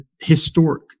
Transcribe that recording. historic